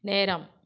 நேரம்